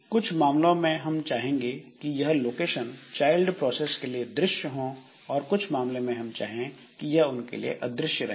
कुछ मामलों में हम चाहेंगे कि यह लोकेशन चाइल्ड प्रोसेस के लिए दृश्य हो और कुछ मामलों में हम चाहेंगे कि यह उनके लिए अदृश्य रहें